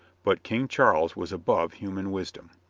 but king charles was above human wis dom.